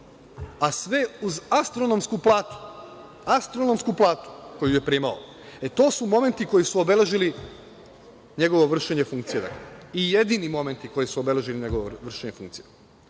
a sve uz astronomsku platu koju je primao, e, to su momenti koji su obeležili njegovo vršenje funkcije. I jedini momenti koji su obeležili njegovo vršenje funkcije. Dozvoliću